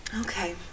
Okay